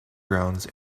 grounds